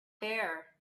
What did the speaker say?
there